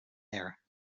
there